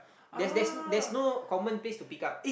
there's there's there's no common place to pick up